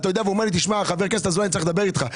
אומר לי: חבר הכנסת אזולאי אני צריך לדבר איתך.